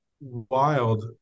wild